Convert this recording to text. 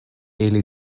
ili